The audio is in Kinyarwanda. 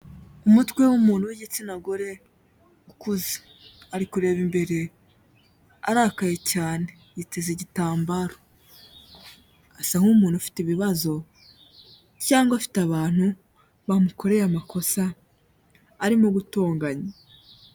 Umutwe w'umuntu w'igitsina gore ukuze, ari kureba imbere arakaye cyane, yiteze igitambaro, asa nk'umuntu ufite ibibazo cyangwa afite abantu bamukoreye amakosa arimo gutonganya.